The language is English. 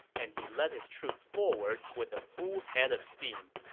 and he led his troops forward with a full head of steam